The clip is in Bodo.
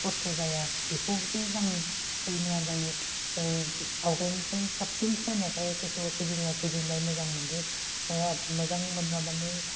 खस्थ' जाया बेखौदि आं हास्थायनो नाजायो आवगायनिसाय साबसिन फैनायखाय गोसोआव गोजोनाय गोजोन्नाय मोजां मोन्दों मोजां मोनो माने